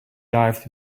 dive